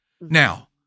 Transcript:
Now